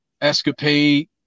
escapade